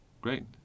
Great